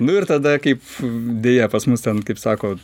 nu ir tada kaip deja pas mus ten kaip sako